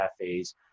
cafes